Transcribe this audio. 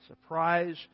surprise